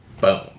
Boom